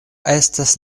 estas